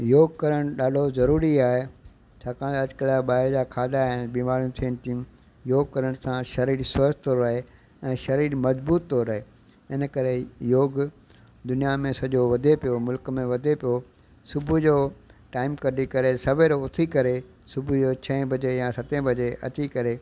योग करणु ॾाढो ज़रूरी आहे छाकाणि अॼुकल्ह ॿाहिरि जा खाधा आहिनि बीमारियूं थियनि थियूं योग करण सां शरीर स्वस्थ रहे ऐं शरीर मजबूत थो रहे इन करे योग दुनिया में सॼो वधे पियो मुल्क में वधे पियो सुबुह जो टाइम कढी करे सवेलु उथी करे सुबुह जो छह बजे या सते बजे अची करे